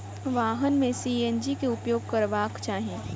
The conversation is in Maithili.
वाहन में सी.एन.जी के उपयोग करबाक चाही